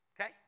Okay